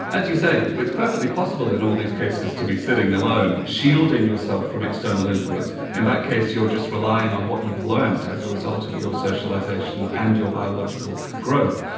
as you say, it's perfectly possible in all these cases to be sitting alone, shielding yourself from external influence. in that case you're just relying on what you've learnt as a result of your socialisation and your biological growth.